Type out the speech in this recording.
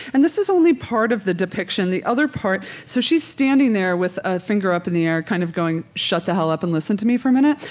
and this is only part of the depiction, the other part. so she's standing there with a finger up in the air kind of going shut the here up and listen to me for a minute.